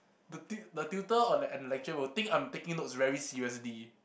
the tu~ the tutor or and the lecturer will think that I'm taking notes very seriously